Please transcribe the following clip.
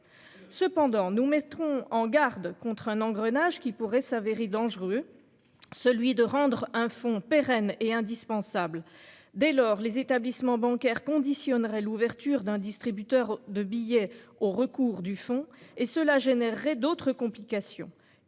Cependant, nous mettrons en garde contre un engrenage qui pourrait s'avérer dangereux celui de rendre un fonds pérenne et indispensable. Dès lors, les établissements bancaires conditionnerait l'ouverture d'un distributeur de billets au recours du fond et cela générerait d'autres complications